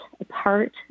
apart